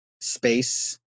space